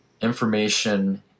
information